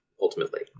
ultimately